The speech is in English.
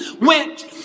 went